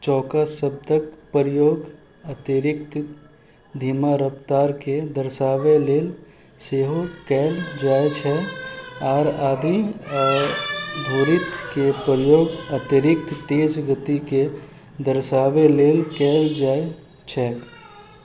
चौका शब्दके प्रयोग अतिरिक्त धीमा रफ़्तारके दर्शाबै लेल सेहो कैल जाइत छै आर आदि धुरीथके प्रयोग अतिरिक्त तेज गतिके दर्शाबै लेल कैल जाइत छैक